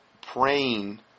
praying